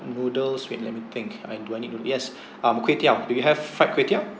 noodles wait let me think I'm planning to yes um kway teow do you have fried kway teow